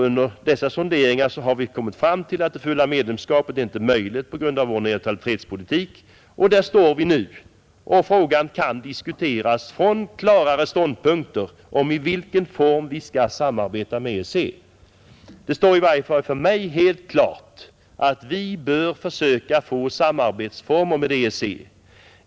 Under dessa sonderingar har vi kommit fram till att det fulla medlemskapet inte är möjligt på grund av vår neutralitetspolitik. Där står vi nu, och nu kan vi från klarare ståndpunkter diskutera frågan om i vilken form vi skall samarbeta med EEC. Det står i varje fall för mig helt klart att vi bör försöka få samarbetsformer med EEC.